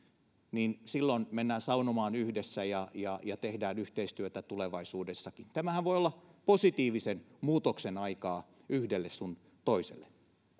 niin silloin mennään saunomaan yhdessä ja ja tehdään yhteistyötä tulevaisuudessakin tämähän voi olla positiivisen muutoksen aikaa yhdelle sun toiselle